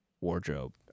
wardrobe